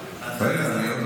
רגע,